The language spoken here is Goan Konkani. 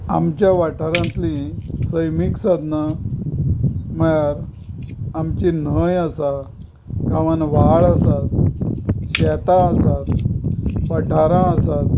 आमच्या वाठारांतली सैमीक साधनां म्हणल्यार आमची न्हंय आसा गांवांत व्हाळ आसा शेतां आसात पठारां आसात